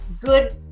good